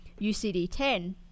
UCD10